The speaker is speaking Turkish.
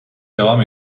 devam